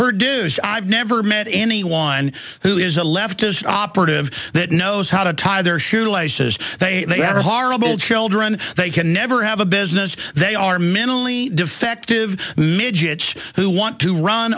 produce i've never met anyone who is a leftist operative that knows how to tie their shoe laces they are horrible children they can never have a business they are mentally defective midgets who want to run